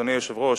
אדוני היושב-ראש,